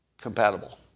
Compatible